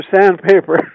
sandpaper